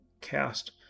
cast